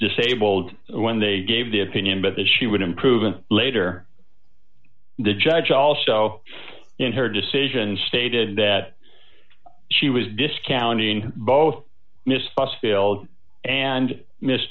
disabled when they gave the opinion but that she would improve and later the judge also in her decision stated that she was discounting both missed bus filled and miss